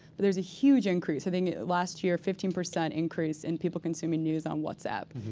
but there's a huge increase, i think last year a fifteen percent increase, in people consuming news on whatsapp.